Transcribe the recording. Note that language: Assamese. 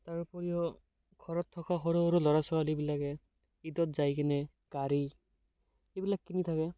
তাৰ উপৰিও ঘৰত থকা সৰু সৰু ল'ৰা ছোৱালীবিলাকে ঈদত যায় কিনে গাড়ী এইবিলাক কিনি থাকে